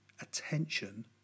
attention